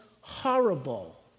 horrible